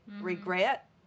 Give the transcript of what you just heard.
regret